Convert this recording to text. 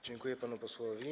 Dziękuję panu posłowi.